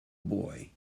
boy